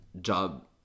job